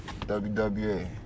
WWE